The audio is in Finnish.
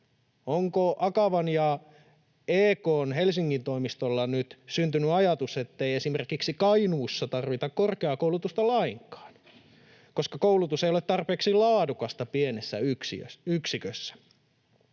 Onko Akavan ja EK:n Helsingin toimistoilla nyt syntynyt ajatus, ettei esimerkiksi Kainuussa tarvita korkeakoulutusta lainkaan, koska koulutus ei ole tarpeeksi laadukasta pienessä yksikössä?